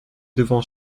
devons